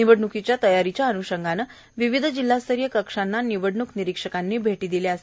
निवडणूकीच्या तयारीच्या अन्षंगाने विविध जिल्हास्तरीय कक्षांना निवडणूक निरीक्षक यांनी भेटी दिल्या आहेत